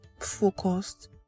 focused